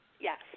Yes